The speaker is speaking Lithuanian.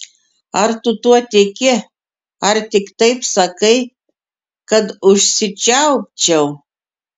ar tu tuo tiki ar tik taip sakai kad užsičiaupčiau